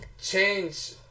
change